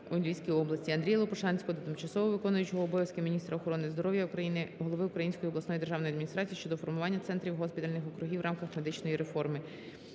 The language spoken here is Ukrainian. Дякую